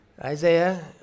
Isaiah